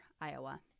Iowa